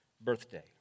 birthday